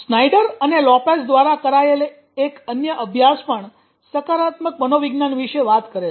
Snyder અને Lopez દ્વારા કરાયેલ એક અન્ય અભ્યાસ પણ સકારાત્મક મનોવિજ્ઞાન વિશે વાત કરે છે